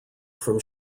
from